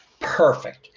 Perfect